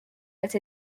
but